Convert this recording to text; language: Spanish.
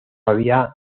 había